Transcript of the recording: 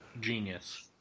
Genius